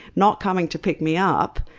not coming to pick me up.